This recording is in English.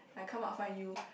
I come out find you